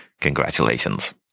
Congratulations